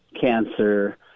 cancer